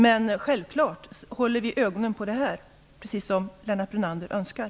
Men vi håller självfallet ögonen på detta, precis som Lennart Brunander önskar.